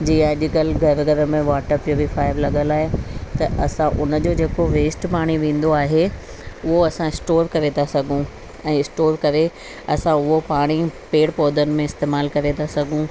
जीअं अॼ कल्ह घर घर में वॉटर प्यूरीफ़ायर लॻल आहे त असां उन जो जे को वेस्ट पाणी वेंदो आहे उहो असां स्टोर करे था सघूं ऐं स्टोर करे असां उहो पाणी पेड़ पौधनि में इस्तेमालु करे था सघूं